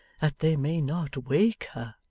that they may not wake her.